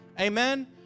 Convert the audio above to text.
Amen